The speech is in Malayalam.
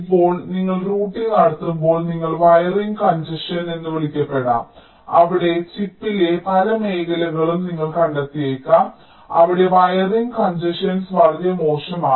ഇപ്പോൾ നിങ്ങൾ റൂട്ടിംഗ് നടത്തുമ്പോൾ നിങ്ങൾ വയറിംഗ് കൺജഷൻസ് എന്ന് വിളിക്കപ്പെടാം അവിടെ ചിപ്പിലെ പല മേഖലകളും നിങ്ങൾ കണ്ടെത്തിയേക്കാം അവിടെ വയറിംഗ് കൺജഷൻസ് വളരെ മോശമാണ്